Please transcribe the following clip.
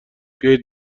بیاید